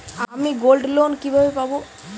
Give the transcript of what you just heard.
আমি গোল্ডলোন কিভাবে পাব?